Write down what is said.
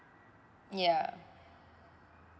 ya